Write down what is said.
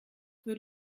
wird